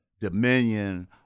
dominion